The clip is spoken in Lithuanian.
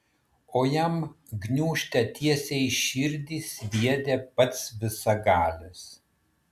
o jam gniūžtę tiesiai į širdį sviedė pats visagalis